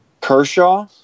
Kershaw